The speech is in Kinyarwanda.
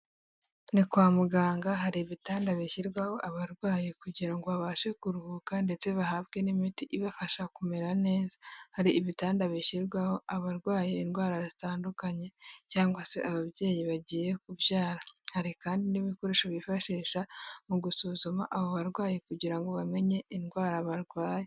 Ni kwa muganga hari ibitanda bishyirwaho abarwaye kugira ngo babashe kuruhuka ndetse bahabwe n'imiti ibafasha kumera neza, hari ibitanda bishyirwaho abarwaye indwara zitandukanye cyangwa se ababyeyi bagiye kubyara, hari kandi n'ibikoresho bifashisha mu gusuzuma abo barwayi kugira ngo bamenye indwara barwaye.